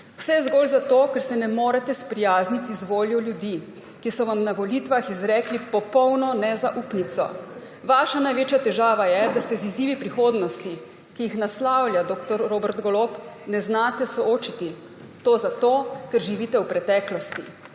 Vse zgolj zato, ker se ne morete sprijazniti z voljo ljudi, ki so vam na volitvah izrekli popolno nezaupnico. Vaša največja težava je, da se z izzivi prihodnosti, ki jih naslavlja dr. Robert Golob, ne znate soočiti. To zato, ker živite v preteklosti.